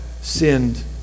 sinned